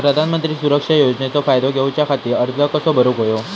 प्रधानमंत्री सुरक्षा योजनेचो फायदो घेऊच्या खाती अर्ज कसो भरुक होयो?